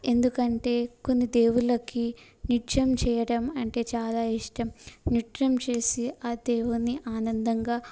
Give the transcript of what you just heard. ఎందుకంటే కొన్ని దేవుళ్ళకి నృత్యం చేయడం అంటే చాలా ఇష్టం నృత్యం చేసి ఆ దేవుణ్ణి ఆనందంగా